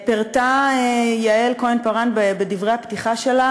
פירטה יעל כהן-פארן בדברי הפתיחה שלה